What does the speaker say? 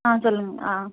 ஆ சொல்லுங்கள் ஆ